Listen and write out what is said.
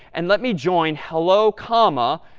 and let me join hello comma,